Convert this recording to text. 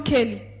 Kelly